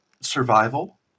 Survival